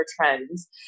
trends